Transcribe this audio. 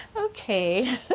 Okay